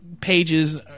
pages